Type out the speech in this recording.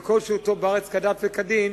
וכל שהותו בארץ כדת וכדין,